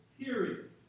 period